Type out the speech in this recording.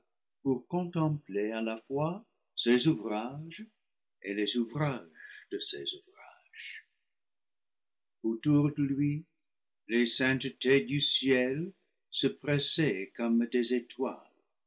pour contempler à la fois ses ouvrages et les ouvrages de ses ouvrages autour de lui les saintetés du ciel se pressaient comme des étoiles